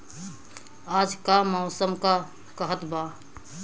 आज क मौसम का कहत बा?